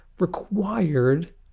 required